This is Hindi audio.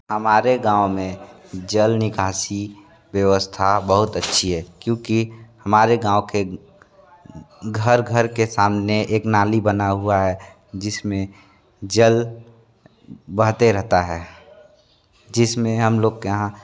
हमारे गाँव में जल निकासी व्यवस्था बहुत अच्छी है क्योंकि हमारे गाँव के घर घर के सामने एक नाली बना हुआ है जिसमें जल बहते रहता है जिसमें हम लोग के यहाँ